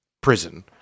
Prison